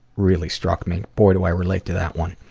really struck me. boy, do i relate to that one.